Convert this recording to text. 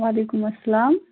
وَعلیکُم اَسلام